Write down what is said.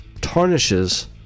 tarnishes